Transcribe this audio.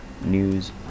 news